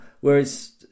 Whereas